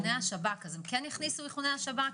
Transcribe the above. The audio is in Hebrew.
כשהגיעו איכוני השב"כ הם כן הכניסו גם את כל האנשים שהיו,